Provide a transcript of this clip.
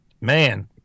man